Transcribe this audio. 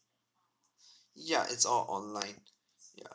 ya it's all online ya